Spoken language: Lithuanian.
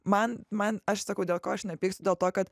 man man aš sakau dėl ko aš nepyksiu dėl to kad